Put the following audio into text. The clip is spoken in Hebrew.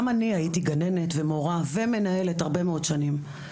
גם אני הייתי גננת ומורה, ומנהלת הרבה מאוד שנים.